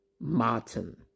Martin